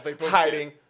hiding